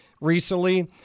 recently